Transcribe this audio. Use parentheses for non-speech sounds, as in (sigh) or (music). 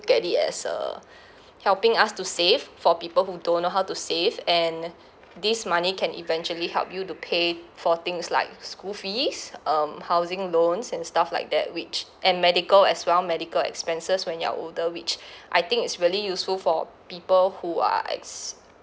at it as uh (breath) helping us to save for people who don't know how to save and this money can eventually help you to pay for things like school fees um housing loans and stuff like that which and medical as well medical expenses when you're older which (breath) I think it's really useful for people who are es~